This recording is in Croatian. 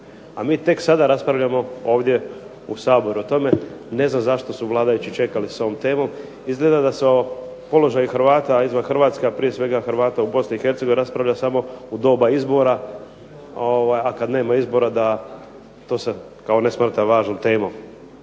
a mi tek sada raspravljamo ovdje u Saboru o tome, ne znam zašto su vladajući čekali s ovom temom, izgleda da se o položaju Hrvata izvan Hrvatske, a prije svega Hrvata u Bosni i Hercegovini raspravlja samo u doba izbora, a kad nema izbora da to se kao ne smatra važnom temom.